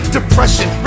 depression